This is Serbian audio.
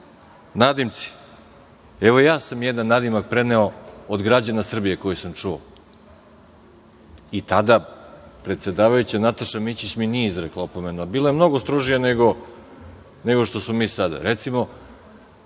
nadimci, evo, ja sam jedan nadimak preneo od građana Srbije koji sam čuo i tada predsedavajuća Nataša Mićić mi nije izrekla opomenu, a bila je mnogo strožija nego što smo mi sada.